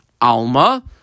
Alma